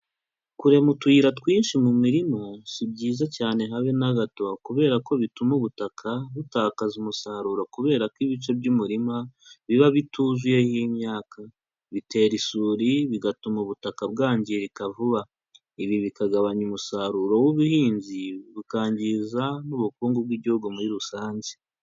Kurema utuyira twinshi mu mirima, si byiza cyane habe na gato, kubera ko bituma ubutaka butakaza umusaruro kubera ko ibice by'umurima biba bituzuyeho imyaka, bitera isuri bigatuma ubutaka bwangirika vuba, ibi bikagabanya umusaruro w'ubuhinzi bukangiza n'ubukungu bw'igihugu muri rusange.